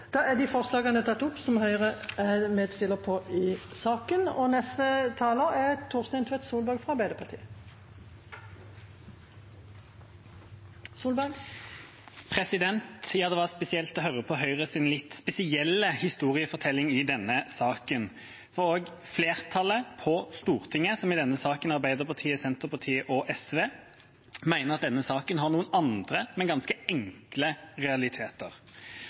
tatt opp de forslagene hun refererte til. Det var spesielt å høre på Høyres litt spesielle historiefortelling i denne saken, for flertallet på Stortinget – som i denne saken er Arbeiderpartiet, Senterpartiet og SV – mener at saken har noen andre, men ganske enkle realiteter.